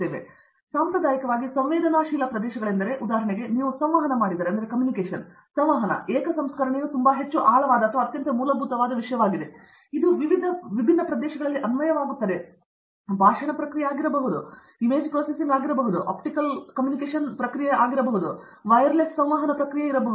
ಆದ್ದರಿಂದ ಹೌದು ಸಾಂಪ್ರದಾಯಿಕವಾಗಿ ಸಂವೇದನಾಶೀಲ ಪ್ರದೇಶಗಳೆಂದರೆ ಉದಾಹರಣೆಗೆ ನೀವು ಸಂವಹನ ಮಾಡಿದರೆ ಸಂವಹನ ಏಕ ಸಂಸ್ಕರಣೆಯು ತುಂಬಾ ಹೆಚ್ಚು ಆಳವಾದ ಅಥವಾ ಅತ್ಯಂತ ಮೂಲಭೂತ ವಿಷಯವಾಗಿದೆ ಇದು ವಿವಿಧ ವಿಭಿನ್ನ ಪ್ರದೇಶಗಳಲ್ಲಿ ಅನ್ವಯವಾಗುತ್ತದೆ ಇದು ಭಾಷಣ ಪ್ರಕ್ರಿಯೆ ಆಗಿರಬಹುದು ಅದು ಇಮೇಜ್ ಪ್ರೊಸೆಸಿಂಗ್ ಆಗಿರಬಹುದು ಇದು ಆಪ್ಟಿಕಲ್ ಸಂವಹನಕ್ಕಾಗಿ ಪ್ರಕ್ರಿಯೆಗೊಳಿಸಬಹುದಾಗಿರುತ್ತದೆ ಇದು ವೈರ್ಲೆಸ್ ಸಂವಹನ ಪ್ರಕ್ರಿಯೆಯಾಗಿರಬಹುದು